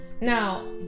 Now